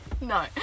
No